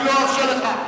שקט.